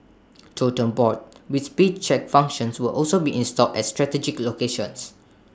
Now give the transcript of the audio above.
totem boards with speed check functions will also be installed at strategic locations